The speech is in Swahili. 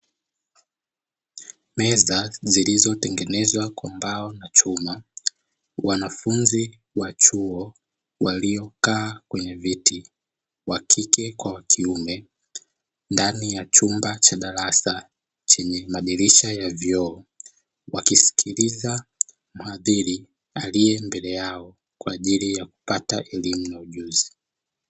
Meza zilizotengenezwa kwa mbao na chuma, wanafunzi wa chuo waliokaa kwenye viti, wa kike kwa wa kiume, ndani ya chumba cha darasa chenye madirisha ya vioo, wakisikiliza mhadhiri aliye mbele yao kwa ajili ya kupata elimu na ujuzi.